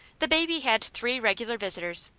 the baby had three regular visitors.